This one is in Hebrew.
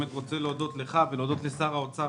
אני רוצה להודות לך ולהודות לשר האוצר,